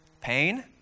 Pain